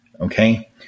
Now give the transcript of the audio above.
Okay